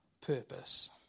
purpose